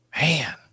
Man